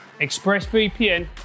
ExpressVPN